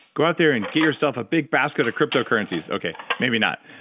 go out there and get yourself a big basket of cryptocurrencies. okay, maybe not,